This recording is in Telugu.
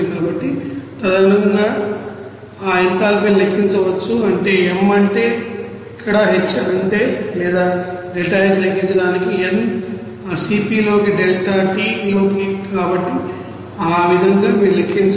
కాబట్టి తదనుగుణంగా ఆ ఎంథాల్పీని లెక్కించవచ్చు అంటే M అంటే ఇక్కడ H అంటే లేదా ΔH లెక్కించడానికి N ఆ Cp లోకి డెల్టా t లోకి కాబట్టి ఈ విధంగా మీరు లెక్కించాలి